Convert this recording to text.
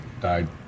died